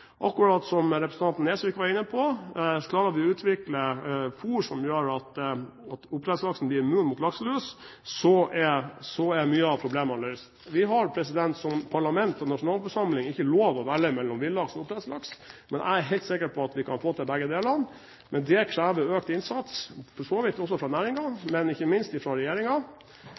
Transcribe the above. akkurat som representanten Nesvik var inne på. Klarer vi å utvikle fôr som gjør at oppdrettslaksen blir immun mot lakselus, er mye av problemet løst. Vi har som parlament og nasjonalforsamling ikke lov til å velge mellom villaks og oppdrettslaks. Jeg er helt sikker på at vi kan få til begge deler, men det krever økt innsats for så vidt også fra næringen, og ikke minst